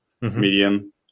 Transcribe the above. medium